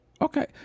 Okay